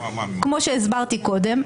כמו שהסברתי קודם,